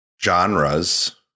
Genres